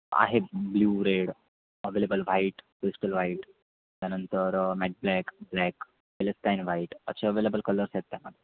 blue red available white pistol white त्यानंतर matt black black Palestine white असे available colours आहेत त्याम